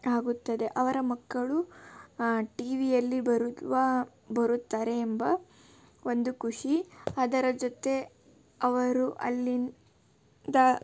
ಆಗುತ್ತದೆ ಅವರ ಮಕ್ಕಳು ಟಿವಿಯಲ್ಲಿ ಬರುವ ಬರುತ್ತಾರೆ ಎಂಬ ಒಂದು ಖುಷಿ ಅದರ ಜೊತೆ ಅವರು ಅಲ್ಲಿಂದ